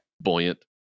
buoyant